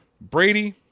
Brady